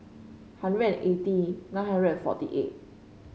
hundred and eighty nine hundred and forty eight